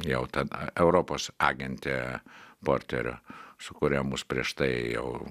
jau tada europos agentė porterio su kuria mus prieš tai jau